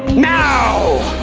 now!